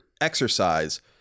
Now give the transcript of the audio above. exercise